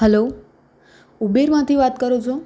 hello ઉબેરમાંથી વાત કરો છો